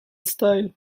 style